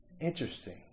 Interesting